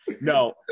No